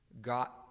got